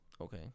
Okay